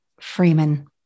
Freeman